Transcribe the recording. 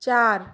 চার